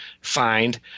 Find